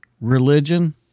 religion